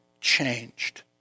changed